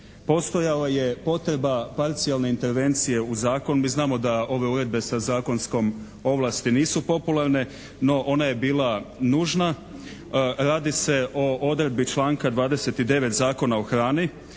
postojala je potreba parcijalne intervencije u zakon. Mi znamo da ove uredbe sa zakonskom ovlasti nisu popularne no ona je bila nužna. Radi se o odredbi članka 29. Zakona o hrani